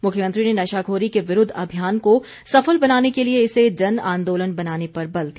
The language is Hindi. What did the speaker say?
मुख्यमंत्री ने नशाखोरी के विरूद्व अभियान को सफल बनाने के लिए इसे जन आंदोलन बनाने पर बल दिया